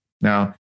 Now